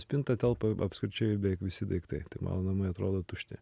spintą telpa absoliučiai beveik visi daiktai mano namai atrodo tušti